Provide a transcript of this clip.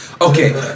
Okay